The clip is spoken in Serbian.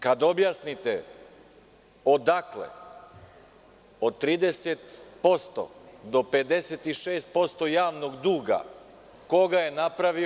Kada objasnite odakle od 30% do 56% javnog duga, ko ga je napravio.